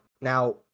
Now